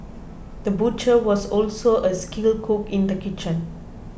the butcher was also a skilled cook in the kitchen